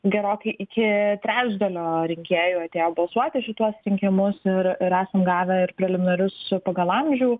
gerokai iki trečdalio rinkėjų atėjo balsuot į šituos rinkimus ir ir esam gavę ir preliminarius pagal amžių